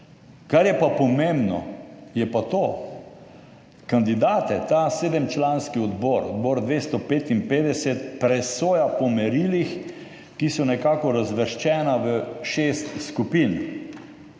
Kar pa je pomembno, je to, da kandidate ta sedemčlanski odbor, Odbor 255, presoja po merilih, ki so nekako razvrščena v šest skupin.